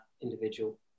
individual